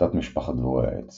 תת-משפחת דבורי העץ